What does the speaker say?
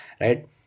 right